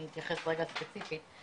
אני אתייחס רגע ספציפית.